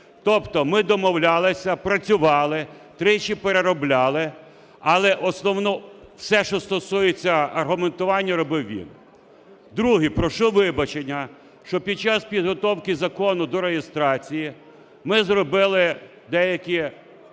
Тобто ми домовлялися, працювали, тричі переробляли, але основну, все, що стосується аргументування робив він. Друге. Прошу вибачення, що під час підготовки закону до реєстрації ми зробили деякі